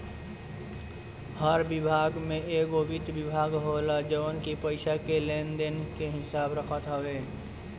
हर विभाग में एगो वित्त विभाग होला जवन की पईसा के लेन देन के हिसाब रखत हवे